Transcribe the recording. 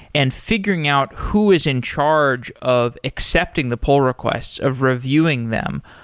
and figuring out who is in charge of accepting the poll requests, of reviewing them,